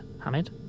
Hamid